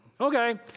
Okay